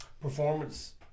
performance